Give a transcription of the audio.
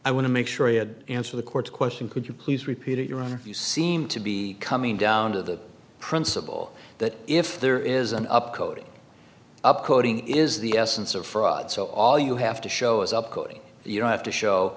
to make sure you would answer the court's question could you please repeat it ron you seem to be coming down to the principle that if there is an up coding up coding is the essence of fraud so all you have to show is up coding you don't have to show